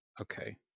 Okay